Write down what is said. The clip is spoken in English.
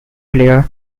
players